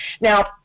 now